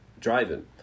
driving